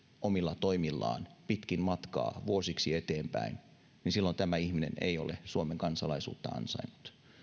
omilla toimillaan pitkin matkaa vuosiksi eteenpäin tämä ihminen ei ole suomen kansalaisuutta ansainnut